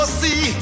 see